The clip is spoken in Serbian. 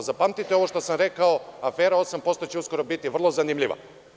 Zapamtite ovo što sam rekao, afera 8% će uskoro biti vrlo zanimljiva.